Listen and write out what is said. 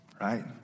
right